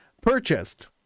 purchased